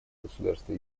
государства